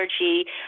allergy